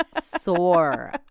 sore